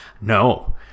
no